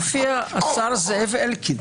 הופיע השר זאב אלקין.